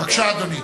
בבקשה, אדוני.